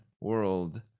world